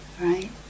right